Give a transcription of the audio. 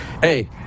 hey